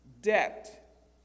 debt